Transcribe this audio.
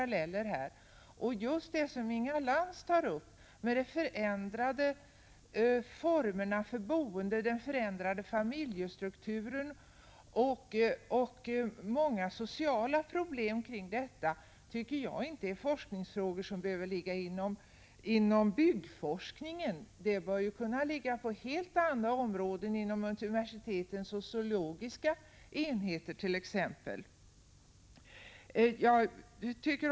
Just det som Inga Lantz tog upp här — jag avser då hennes uttalanden om de förändrade formerna för boendet, den förändrade familjestrukturen och många sociala problem i detta sammanhang — anser jag inte vara någonting som behöver höra till byggforskningen. Sådana här frågor bör kunna inrymmas på helt andra områden, t.ex. vid universitetens sociologiska enheter.